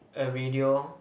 a radio